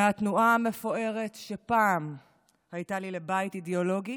מהתנועה המפוארת שפעם הייתה לי לבית אידיאולוגי